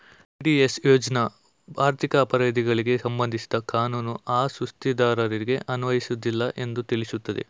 VDIS ಯೋಜ್ನ ಆರ್ಥಿಕ ಅಪರಾಧಿಗಳಿಗೆ ಸಂಬಂಧಿಸಿದ ಕಾನೂನು ಆ ಸುಸ್ತಿದಾರರಿಗೆ ಅನ್ವಯಿಸುವುದಿಲ್ಲ ಎಂದು ತಿಳಿಸುತ್ತೆ